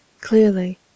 Clearly